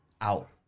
out